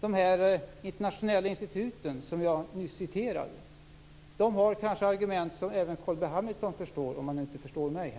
vad som sägs från de internationella instituten! Jag har nyss citerat vad som sägs från det hållet. De har kanske argument som även Carl B Hamilton förstår - om han nu inte förstår mig här.